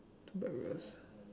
got wheels